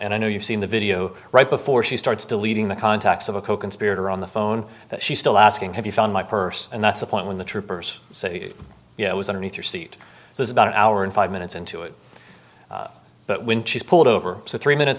and i know you've seen the video right before she starts deleting the contacts of a coconspirator on the phone that she still asking have you found my purse and that's the point when the troopers say you know is underneath your seat there's about an hour and five minutes into it but when she's pulled over three minutes